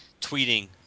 tweeting